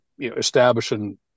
establishing